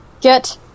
Get